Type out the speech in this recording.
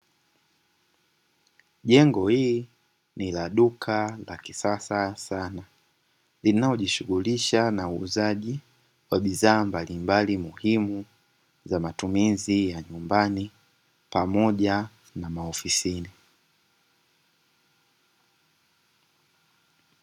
Jego hili ni la duka la kisasa sana, linalojishughulisha na uuzaji wa bidhaa mbalimbali muhimu za matumizi ya nyumbani pamoja na maofisini.